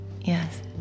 Yes